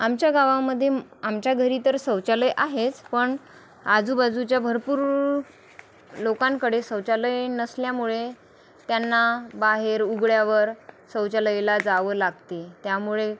आमच्या गावामध्ये आमच्या घरी तर शौचालय आहेच पण आजूबाजूच्या भरपूर लोकांकडे शौचालय नसल्यामुळे त्यांना बाहेर उघड्यावर शौचालयाला जावं लागते त्यामुळे